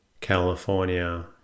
California